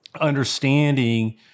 understanding